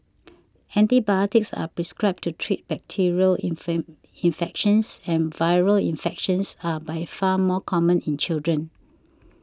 antibiotics are prescribed to treat bacterial infections but viral infections are by far more common in children